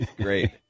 Great